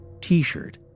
T-shirt